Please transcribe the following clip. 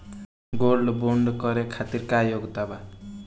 Gold bond करे खातिर का योग्यता बा?